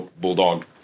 Bulldog